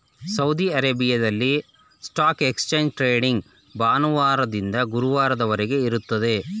Saudi ಅರೇಬಿಯಾದಲ್ಲಿ stock exchange trading ಭಾನುವಾರದಿಂದ ಗುರುವಾರದವರೆಗೆ ಇರುತ್ತದೆ